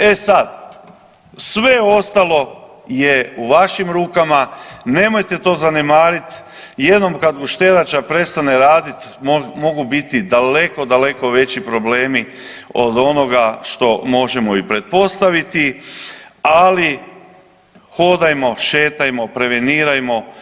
E sad, sve ostalo je u vašim ruka, nemojte to zanemarit i jednom kad gušterača prestane radit mogu biti daleko, daleko veći problemi od onoga što možemo i pretpostaviti, ali hodajmo, šetajmo, prevenirajmo.